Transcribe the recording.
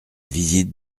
visite